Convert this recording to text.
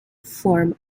form